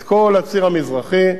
את כל הציר המזרחי,